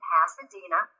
Pasadena